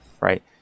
right